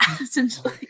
essentially